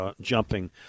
jumping